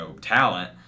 talent